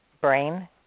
brain